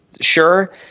sure